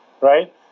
right